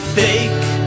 fake